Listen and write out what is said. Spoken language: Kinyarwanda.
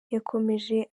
yakomeje